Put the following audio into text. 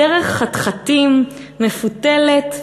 דרך חתחתים מפותלת,